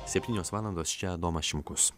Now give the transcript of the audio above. septynios valandos čia adomas šimkus